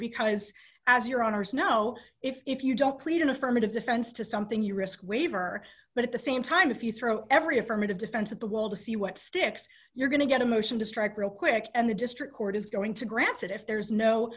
because as your owners know if you don't plead an affirmative defense to something you risk waiver but at the same time if you throw every affirmative defense at the wall to see what sticks you're going to get a motion to strike real quick and the district court is going to grant that if there's no